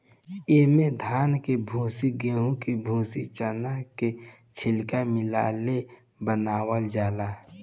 इमे धान के भूसी, गेंहू के भूसी, चना के छिलका मिला ले बनावल जाला